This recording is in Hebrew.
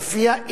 ולפיה,